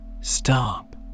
stop